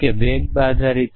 તે મોડ્યુલ પણ હોઈ શકે છે